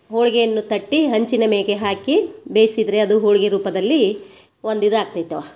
ಹೋಳ್ಗೆಯನ್ನು ತಟ್ಟಿ ಹಂಚಿನ ಮೇಗೆ ಹಾಕಿ ಬೇಯ್ಸಿದರೆ ಅದು ಹೋಳ್ಗೆ ರೂಪದಲ್ಲಿ ಒಂದು ಇದು ಆಗ್ತೈತವ